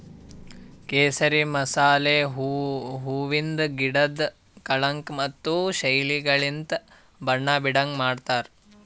ಕೇಸರಿ ಮಸಾಲೆ ಹೂವಿಂದ್ ಗಿಡುದ್ ಕಳಂಕ ಮತ್ತ ಶೈಲಿಗೊಳಲಿಂತ್ ಬಣ್ಣ ಬೀಡಂಗ್ ಮಾಡ್ತಾರ್